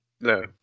No